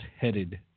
headed